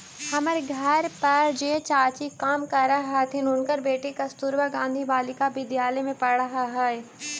हमर घर पर जे चाची काम करऽ हथिन, उनकर बेटी कस्तूरबा गांधी बालिका विद्यालय में पढ़ऽ हई